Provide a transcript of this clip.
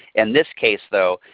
in this case though,